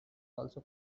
also